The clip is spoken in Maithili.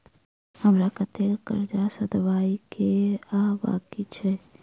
हमरा कतेक कर्जा सधाबई केँ आ बाकी अछि?